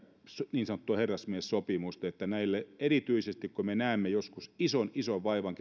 niin sanottua herrasmiessopimusta niin että erityisesti silloin kun me näemme joskus ison ison vaivan